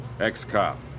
Ex-cop